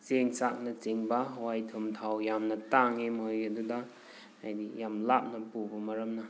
ꯆꯦꯡ ꯆꯥꯛꯅꯆꯤꯡꯕ ꯍꯋꯥꯏ ꯊꯨꯝ ꯊꯥꯎ ꯌꯥꯝꯅ ꯇꯥꯡꯉꯤ ꯃꯣꯏꯒꯤꯗꯨꯗ ꯍꯥꯏꯗꯤ ꯌꯥꯝ ꯂꯥꯞꯅ ꯄꯨꯕ ꯃꯔꯝꯅ